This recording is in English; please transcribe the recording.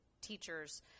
teachers